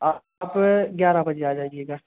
आप ग्यारह बजे आ जाइएगा